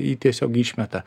jį tiesiog išmeta